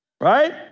Right